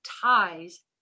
Ties